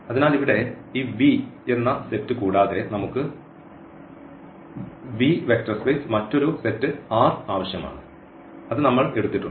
അതിനാൽ ഇവിടെ ഈ V എന്ന സെറ്റ് കൂടാതെ നമുക്ക് V വെക്റ്റർ സ്പേസ്ന് മറ്റൊരു സെറ്റ് R ആവശ്യമാണ് അത് നമ്മൾ എടുത്തിട്ടുണ്ട്